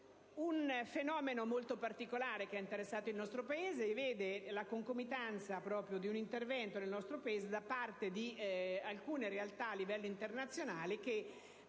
Un fenomeno molto particolare che ha interessato il nostro Paese vede la concomitanza di un intervento da parte di alcune realtà a livello internazionale che